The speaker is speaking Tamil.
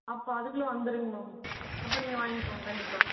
அப்போ அதுக்குள்ளே வந்துருங்க மேம் அப்போ நீங்கள் வாங்கிக்கோங்க கண்டிப்பாக